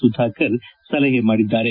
ಸುಧಾಕರ್ ಸಲಹೆ ಮಾಡಿದ್ದಾರೆ